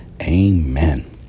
Amen